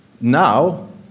Now